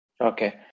Okay